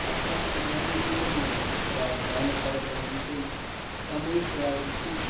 आपसातले मतभेदही कमी होतात गावातले अनेक कार्यक्रमांतून सामूहिक खेळ आयोजित